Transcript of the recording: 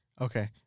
Okay